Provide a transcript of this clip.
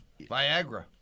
Viagra